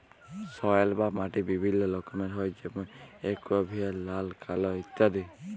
soil বা মাটি বিভিল্য রকমের হ্যয় যেমন এলুভিয়াল, লাল, কাল ইত্যাদি